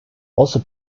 also